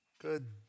Good